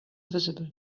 visible